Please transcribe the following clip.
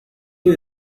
you